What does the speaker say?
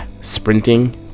sprinting